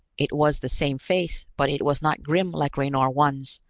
it was the same face, but it was not grim like raynor one's,